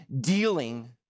dealing